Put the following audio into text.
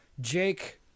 Jake